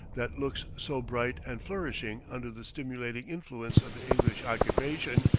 that looks so bright and flourishing under the stimulating influence of the english occupation,